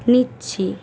নিচ্ছি